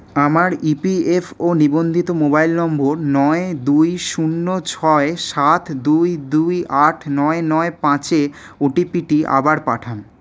আমার ইপিএফও নিবন্ধিত মোবাইল নম্বর নয় দুই শূন্য ছয় সাত দুই দুই আট নয় নয় পাঁচে ও টি পিটি আবার পাঠান